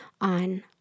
on